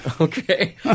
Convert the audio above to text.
Okay